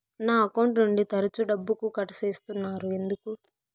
నా అకౌంట్ నుండి తరచు డబ్బుకు కట్ సేస్తున్నారు ఎందుకు